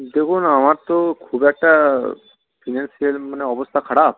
দেখুন আমার তো খুব একটা ফিনান্সিয়াল মানে অবস্থা খারাপ